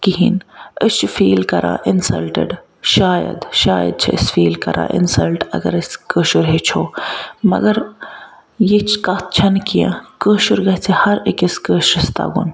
کِہیٖنۍ أسۍ چھِ فیٖل کَران اِنسَلٹِڈ شاید شاید شاید چھِ أسۍ فیٖل کران اِنسَلٹ اگر أسۍ کٲشُر ہیٚچھو مگر یہِ کتھ چھَ نہٕ کینٛہہ کٲشُر گَژھِ ہر أکِس کٲشرِس تَگُن